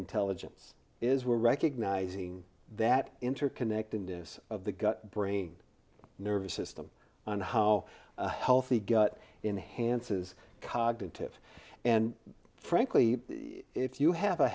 intelligence is we're recognizing that interconnectedness of the brain nervous system and how healthy gut enhanced is cognitive and frankly if you have a